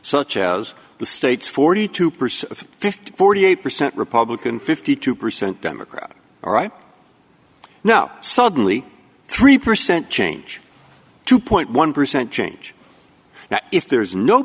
such as the states forty two percent of fifty forty eight percent republican fifty two percent democrat all right now suddenly three percent change two point one percent change now if there's no